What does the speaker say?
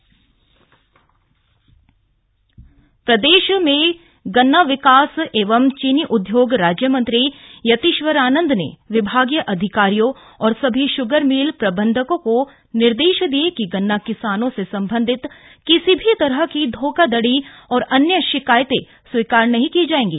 स्वामी यतीश्वरानंद बैठक प्रदेश के गन्ना विकास एवं चीनी उदयोग राज्यमंत्री यतीश्वरानन्द ने विभागीय अधिकारियों और सभी श्गर मिल प्रबन्धकों को निर्देश दिये कि गन्ना किसानों से सम्बन्धित किसी भी तरह की धोखाधड़ी और अन्य शिकायतें स्वीकार नहीं की जाएंगी